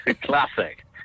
Classic